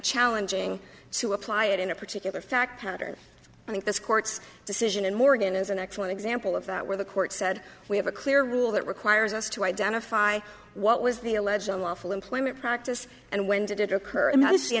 challenging to apply it in a particular fact pattern i think this court's decision and morgan is an excellent example of that where the court said we have a clear rule that requires us to identify what was the alleged unlawful employment practice and when did it o